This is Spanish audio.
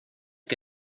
que